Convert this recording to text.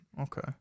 Okay